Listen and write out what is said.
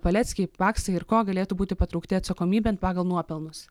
paleckiai paksai ir ko galėtų būti patraukti atsakomybėn pagal nuopelnus